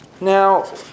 Now